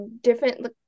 different